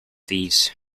these